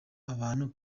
abantu